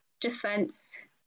defense